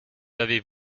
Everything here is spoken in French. avez